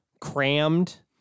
crammed